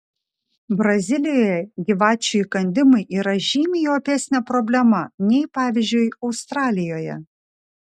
brazilijoje gyvačių įkandimai yra žymiai opesnė problema nei pavyzdžiui australijoje